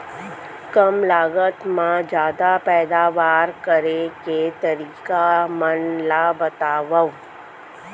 कम लागत मा जादा पैदावार करे के तरीका मन ला बतावव?